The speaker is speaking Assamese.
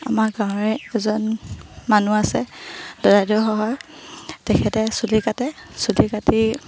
আমাৰ গাঁৱৰে এজন মানুহ আছে দদাইদেউ হয় তেখেতে চুলি কাটে চুলি কাটি